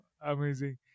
Amazing